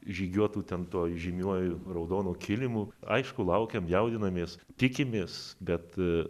žygiuotų ten tuo įžymiuoju raudonu kilimu aišku laukiam jaudinamės tikimės bet